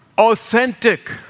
authentic